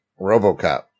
RoboCop